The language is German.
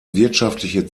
wirtschaftliche